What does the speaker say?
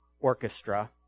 orchestra